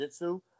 jujitsu